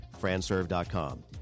Franserve.com